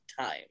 time